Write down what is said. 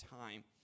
time